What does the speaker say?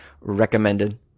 recommended